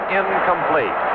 incomplete